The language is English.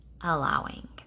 allowing